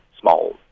small